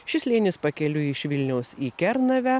šis slėnis pakeliui iš vilniaus į kernavę